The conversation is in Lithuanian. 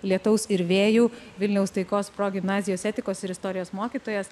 lietaus ir vėjų vilniaus taikos progimnazijos etikos ir istorijos mokytojas